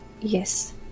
yes